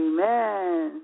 Amen